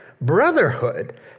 brotherhood